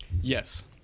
Yes